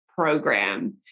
program